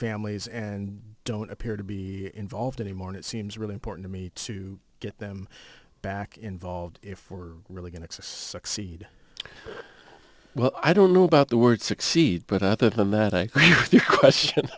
families and don't appear to be involved anymore and it seems really important to me to get them back involved if we're really going to succeed well i don't know about the word succeed but other than that i